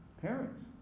parents